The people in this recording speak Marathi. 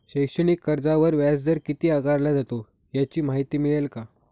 शैक्षणिक कर्जावर व्याजदर किती आकारला जातो? याची माहिती मिळेल का?